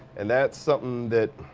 and that's something that